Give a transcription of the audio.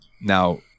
now